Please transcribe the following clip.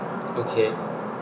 okay